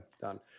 Done